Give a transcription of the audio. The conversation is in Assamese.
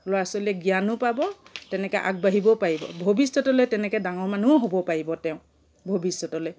ল'ৰা ছোৱালীয়ে জ্ঞানো পাব তেনেকৈ আগবাঢ়িবও পাৰিব ভৱিষ্যতলৈ তেনেকৈ ডাঙৰ মানুহো হ'ব পাৰিব তেওঁ ভৱিষ্যতলৈ